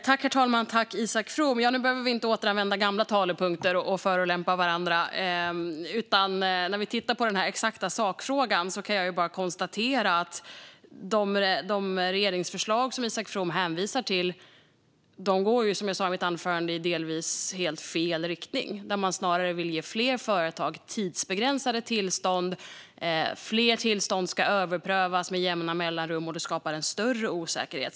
Herr talman! Ja, nu behöver vi inte återanvända gamla talepunkter och förolämpa varandra. När vi tittar på den exakta sakfrågan kan jag bara konstatera att de regeringsförslag som Isak From hänvisar till delvis går, som jag sa i mitt anförande, i fel riktning. Man vill snarare ge fler företag tidsbegränsade tillstånd. Fler tillstånd ska överprövas med jämna mellanrum, och det skapar en större osäkerhet.